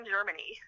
Germany